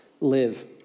live